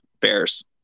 bears